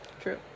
True